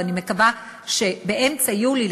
ואני מקווה שבאמצע יולי,